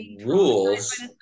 rules